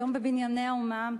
היום יש ב"בנייני האומה"